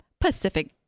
Pacific